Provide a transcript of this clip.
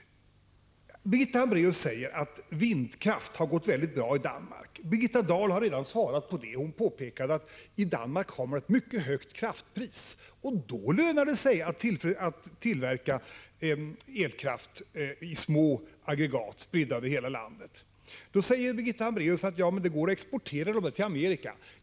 Birgitta Hambraeus säger att vindkraft har gått mycket bra i Danmark. Birgitta Dahl har redan bemött det. Hon påpekade att man i Danmark har ett mycket högt kraftpris, och då lönar det sig att tillverka elkraft i små aggregat, spridda över landet. Då säger Birgitta Hambraeus, att det går att exportera vindkraftsaggregaten till Amerika.